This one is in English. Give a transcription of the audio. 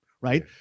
right